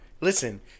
Listen